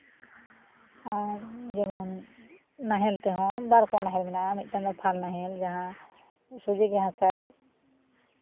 ᱟᱨ ᱡᱮᱢᱚᱱ ᱱᱟᱦᱮᱞ ᱛᱮᱦᱚᱸ ᱵᱟᱨ ᱨᱚᱠᱚᱢᱟᱜ ᱱᱟᱦᱮᱞ ᱠᱚ ᱢᱮᱱᱟᱜᱼᱟ ᱢᱤᱫᱴᱟᱱ ᱫᱚ ᱯᱷᱟᱞ ᱱᱟᱦᱮᱞ ᱡᱟᱦᱟᱸ ᱥᱚᱡᱷᱮ ᱜᱮ ᱦᱟᱥᱟᱭ